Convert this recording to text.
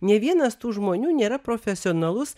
nė vienas tų žmonių nėra profesionalus